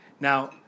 Now